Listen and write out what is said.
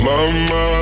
Mama